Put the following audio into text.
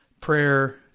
prayer